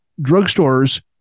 drugstores